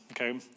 okay